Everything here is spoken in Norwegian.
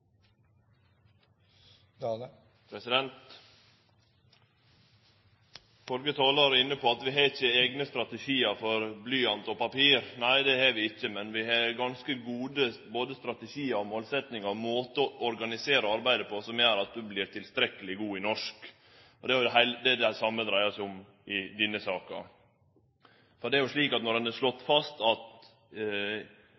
var inne på at vi ikkje har eigne strategiar for blyant og papir. Nei, det har vi ikkje, men vi har ganske gode både strategiar og målsetjingar – måtar å organisere arbeidet på – som gjer at du vert tilstrekkeleg god i norsk. Det er jo det same det dreiar seg om i denne saka. For det er jo slik at når ein har slått